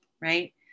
right